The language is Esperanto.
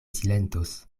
silentos